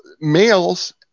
males